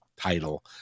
title